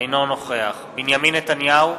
אינו נוכח בנימין נתניהו,